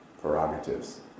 prerogatives